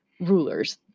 rulers